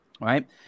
right